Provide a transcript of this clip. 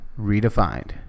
Redefined